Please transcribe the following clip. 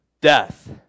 death